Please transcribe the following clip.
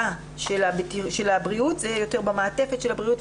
של הבריאות אלא יותר במעטפת של הבריאות.